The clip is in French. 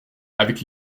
avec